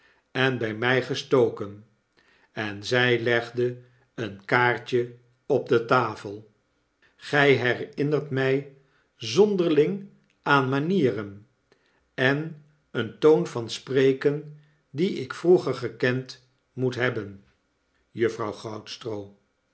en bij mij gestoken en zy legde een kaartje op de tat'el gij herinnert my zonderling aan manieren en een toon van spreken die ik vroeger gekend moet hebben